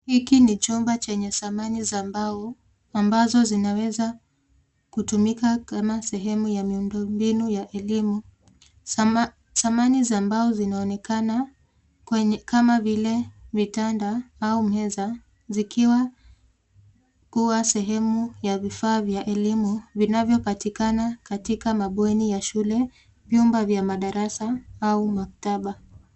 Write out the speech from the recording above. Hiki ni chumba chenye samani za mbao ambazo zinaweza kutumika kama sehemu ya miundombinu ya elimu. Sama- Samani za mbao zinaonekana kwenye- kama vile vitanda au meza zikiwa kuwa sehemu ya vifaa vya elimu vinavyopatikana katika mabweni ya shule, vyumba vya madarasa au maktaba.